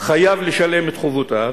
חייב לשלם את חובותיו,